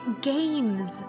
Games